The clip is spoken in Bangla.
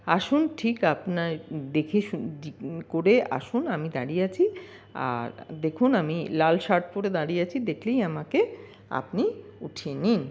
আসুন ঠিক আপনার দেখে শুন করে আসুন আমি দাঁড়িয়ে আছি আর দেখুন আমি লাল শার্ট পরে দাঁড়িয়ে আছি দেখলেই আমাকে আপনি উঠিয়ে নিন